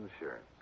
insurance